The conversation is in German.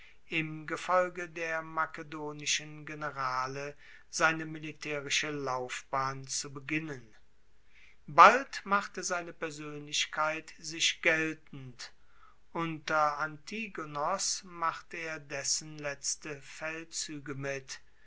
im gefolge der makedonischen generale seine militaerische laufbahn zu beginnen bald machte seine persoenlichkeit sich geltend unter antigonos machte er dessen letzte feldzuege mit